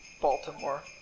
Baltimore